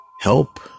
help